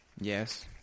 Yes